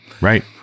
right